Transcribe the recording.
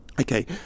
okay